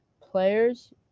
players